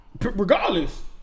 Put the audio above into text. regardless